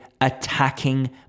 attacking